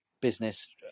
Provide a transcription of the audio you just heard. business